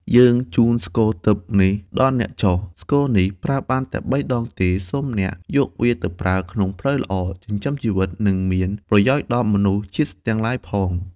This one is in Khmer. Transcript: យើង ជូនស្គរទិព្វនេះដល់អ្នកចុះ ។ ស្គរនេះប្រើបានតែបីដងទេសូមអ្នកយកវាទៅប្រើក្នុងផ្លូវល្អចិញ្ចឹមជីវិតនិងមាន ប្រយោជន៍ដល់មនុស្សជាតិទាំងឡាយផង ។